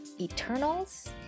Eternals